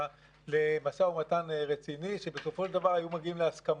למשא ומתן רציני שבסופו של דבר היו מגיעים להסכמות.